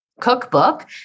cookbook